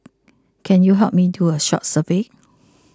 can you help me do a short survey